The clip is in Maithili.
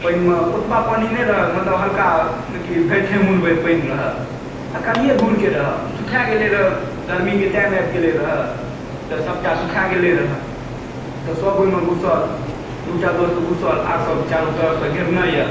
पानिमे ओतबा पानी नहि रहय मतलब हलका कि भरि ठेहुन भरि पानि रहय आ कनीए दूरके रहय सुखाए गेलै रहय गरमीके टाइम आबि गेलै रहय तऽ सबटा सुखाए गेलै रहय तऽ सब ओहिमे घुसल दू टा दोस्त घुसल आर सब चारू तरफसँ घेरने यऽ